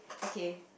okay